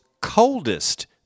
coldest